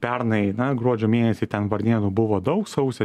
pernai gruodžio mėnesį ten varnėnų buvo daug sausį